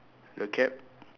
her cap